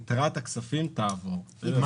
יתרת הכספים תעבור.